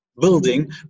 building